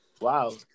Wow